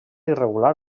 irregular